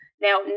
Now